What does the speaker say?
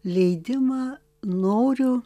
leidimą noriu